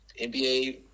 NBA